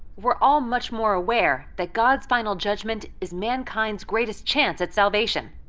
we're all much more aware that god's final judgment is mankind's greatest chance at salvation.